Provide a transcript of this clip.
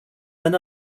then